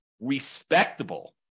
respectable